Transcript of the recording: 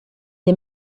les